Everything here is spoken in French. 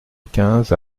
quinze